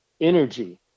energy